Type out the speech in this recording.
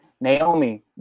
Naomi